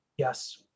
Yes